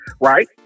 right